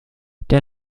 der